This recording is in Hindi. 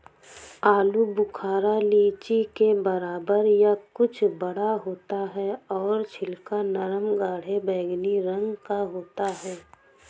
आलू बुखारा लीची के बराबर या कुछ बड़ा होता है और छिलका नरम गाढ़े बैंगनी रंग का होता है